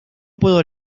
puedo